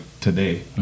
today